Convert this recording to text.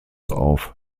auf